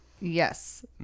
Yes